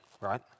right